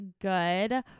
good